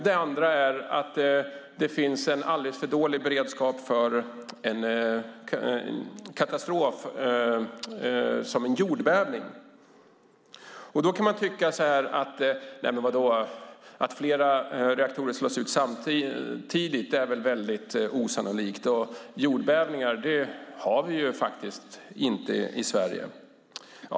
Den andra är att det finns en alldeles för dålig beredskap för en katastrof som en jordbävning. Man kan tycka att det är osannolikt att flera reaktorer skulle slås ut samtidigt. Och jordbävningar har vi ju faktiskt inte i Sverige!